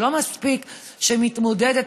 שלא מספיק שמתמודדת,